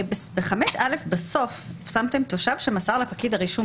ב-5א בסוף שמתם תושב שמסר לפקיד הרישום